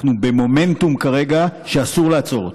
אנחנו כרגע במומנטום שאסור לעצור אותו.